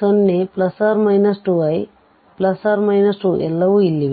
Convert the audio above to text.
0 ± 2i ± 2 ಎಲ್ಲವೂ ಇಲ್ಲಿವೆ